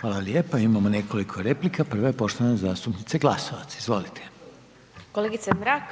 Hvala lijepo. Imamo nekoliko replika, prva je poštovane zastupnice Glasovac. Izvolite. **Glasovac, Sabina (SDP)**